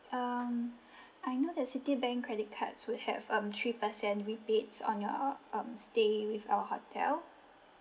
um I know that citibank credit cards would have um three percent rebates on your um stay with our hotel